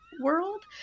world